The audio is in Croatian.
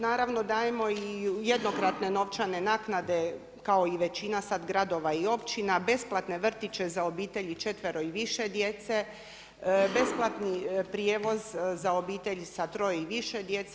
Naravno, dajemo i jednokratne novčane naknade kao i većina sad gradova i općina, besplatne vrtiće za obitelji četvero i više djece, besplatni prijevoz za obitelji sa troje i više djece.